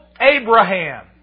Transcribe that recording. Abraham